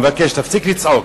אני מבקש, תפסיק לצעוק.